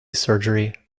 surgery